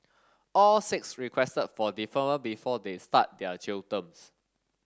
all six requested for deferment before they start their jail terms